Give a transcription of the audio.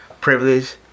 privilege